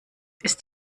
ist